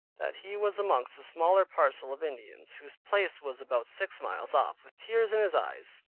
that he was amongst a smaller parcel of indians, whose place was about six miles off. with tears in his eyes,